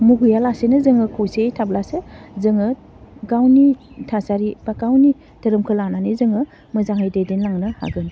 मुगैयालासेनो जोङो खौसेयै थाब्लासो जोङो गावनि थासारि बा गावनि धोरोमखौ लानानै जोङो मोजाङै दैदेनलांनो हागोन